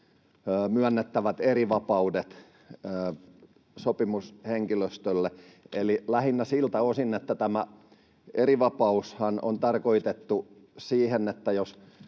myönnettävät erivapaudet sopimushenkilöstölle? Eli lähinnä siltä osin, että tämä erivapaushan on tarkoitettu siihen, että jos